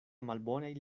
malbonaj